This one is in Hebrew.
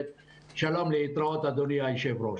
שלום, להתראות אדוני היושב ראש.